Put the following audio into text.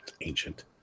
ancient